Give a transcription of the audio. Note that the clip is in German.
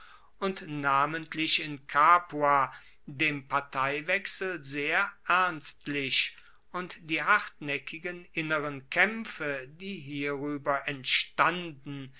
und namentlich in capua dem parteiwechsel sehr ernstlich und die hartnaeckigen inneren kaempfe die hierueber entstanden